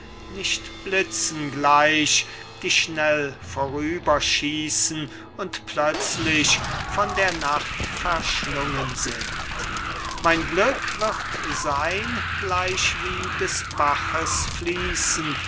nicht blitzen gleich die schnell vorüber schießen und plötzlich von der nacht verschlungen sind mein glück wird sein gleichwie des baches fließen